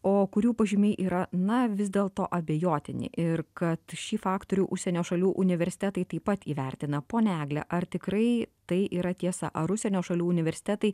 o kurių pažymiai yra na vis dėlto abejotini ir kad šį faktorių užsienio šalių universitetai taip pat įvertina ponia egle ar tikrai tai yra tiesa ar užsienio šalių universitetai